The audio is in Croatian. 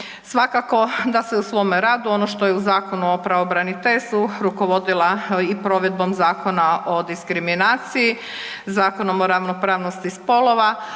Svakako da se u svome radu ono što je u Zakonu o pravobraniteljstvu rukovodila i provedbom Zakona o diskriminaciji, Zakonom o ravnopravnosti spolova,